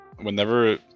whenever